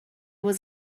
was